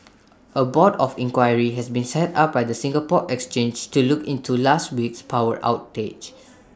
A board of inquiry has been set up by the Singapore exchange to look into last week's power outage